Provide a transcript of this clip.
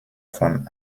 von